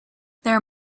there